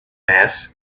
mass